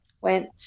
went